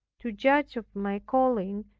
to judge of my calling,